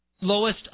lowest